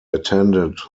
attended